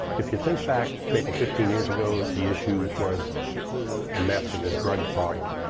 if you think back maybe fifteen years ago, the issue was meth and drug problem.